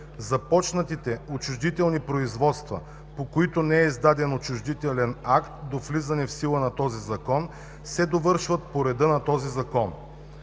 Започнатите отчуждителни производства, по които не е издаден отчуждителен акт до влизането в сила на този Закон, се довършват по реда на този Закон.“